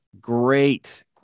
great